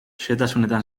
xehetasunetan